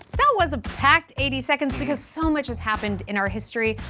that was a packed eighty seconds, because so much has happened in our history.